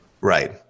right